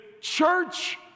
church